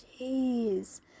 jeez